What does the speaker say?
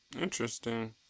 Interesting